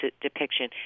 depiction